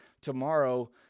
tomorrow